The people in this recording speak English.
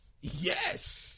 Yes